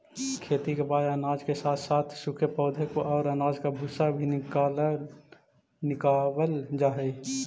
खेती के बाद अनाज के साथ साथ सूखे पौधे और अनाज का भूसा भी निकावल जा हई